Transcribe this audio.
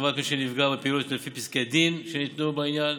לטובת מי שנפגע בפעילות לפי פסקי דין שניתנו בעניין.